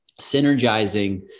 synergizing